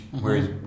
Whereas